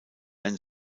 ein